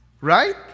right